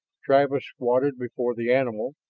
travis squatted before the animal,